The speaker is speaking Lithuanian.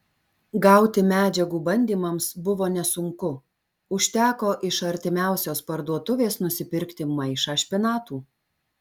gauti medžiagų bandymams buvo nesunku užteko iš artimiausios parduotuvės nusipirkti maišą špinatų